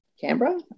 Canberra